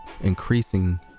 increasing